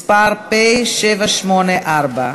מס' פ/784.